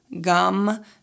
gum